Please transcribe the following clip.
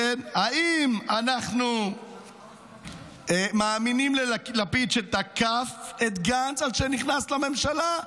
האם אנחנו מאמינים ללפיד שתקף את גנץ על שנכנס לממשלה,